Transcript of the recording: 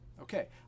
okay